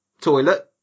toilet